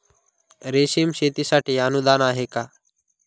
रेशीम शेतीसाठी अनुदान आहे का?